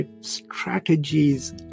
strategies